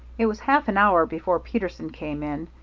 it was half an hour before peterson came in.